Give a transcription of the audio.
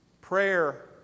prayer